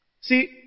See